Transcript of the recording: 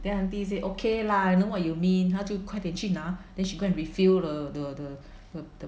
then aunty say okay lah I know what you mean 他就快点去拿 then she go and refill the the the the the